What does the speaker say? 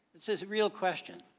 this is a real question.